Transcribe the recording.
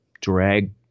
drag